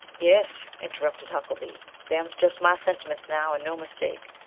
yes, interrupted huckelby them's just my sentiments now, and no mistake.